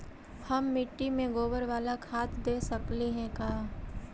हम मिट्टी में गोबर बाला खाद दे सकली हे का?